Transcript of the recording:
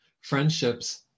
Friendships